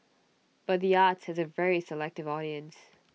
but the arts has A very selective audience